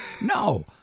no